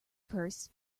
purse